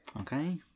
okay